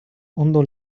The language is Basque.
ondo